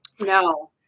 No